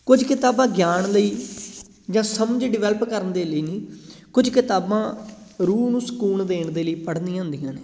ਕੁਝ ਕਿਤਾਬਾਂ ਗਿਆਨ ਲਈ ਜਾਂ ਸਮਝ ਡਿਵੈਲਪ ਕਰਨ ਦੇ ਲਈ ਨਹੀਂ ਕੁਝ ਕਿਤਾਬਾਂ ਰੂਹ ਨੂੰ ਸਕੂਨ ਦੇਣ ਦੇ ਲਈ ਪੜ੍ਹਨੀਆਂ ਹੁੰਦੀਆਂ ਨੇ